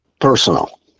personal